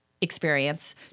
experience